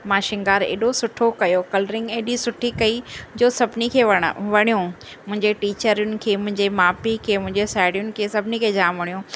मां शृंगार एॾो सुठो कयो कलरिंग एॾी सुठी कई जो सभिनी खे वणियो मुंहिंजे टिचरुनि खे मुंहिंजे माउ पीउ खे मुंहिंजे साहिड़ियुनि खे सभिनी खे जाम वणियो